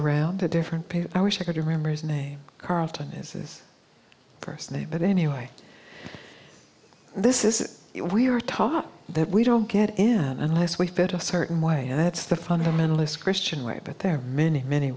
around the different people i wish i could remember his name carlton is his first name but anyway this is what we were taught that we don't get in unless we fit a certain way and that's the fundamentalist christian way but there are many many